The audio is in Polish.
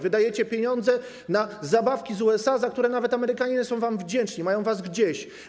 Wydajecie pieniądze na zabawki z USA, za które nawet Amerykanie nie są wam wdzięczni, mają was gdzieś.